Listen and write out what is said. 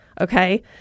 Okay